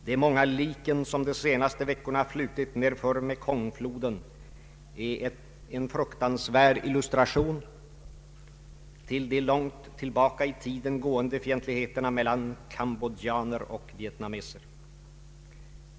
De många liken som de senaste veckorna flutit nerför Mekongfloden är en fruktansvärd illustration till de långt tillbaka i tiden gående fientligheterna mellan kambodjaner och vietnameser.